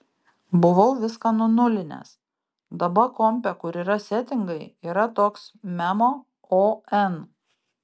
buvau viską nunulinęs daba kompe kur yra setingai yra toks memo on